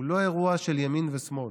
הוא לא אירוע של ימין ושמאל,